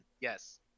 Yes